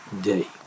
day